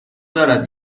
دارد